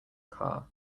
car